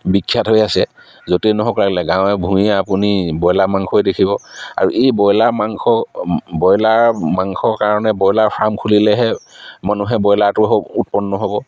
বিখ্যাত হৈ আছে য'তেই নহ'ওক লাগিলে গাঁৱে ভূঞে আপুনি ব্ৰইলাৰ মাংসই দেখিব আৰু এই ব্ৰইলাৰ মাংস ব্ৰইলাৰ মাংসৰ কাৰণে ব্ৰইলাৰ ফাৰ্ম খুলিলেহে মানুহে ব্ৰইলাৰটো হ'ব উৎপন্ন হ'ব